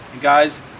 Guys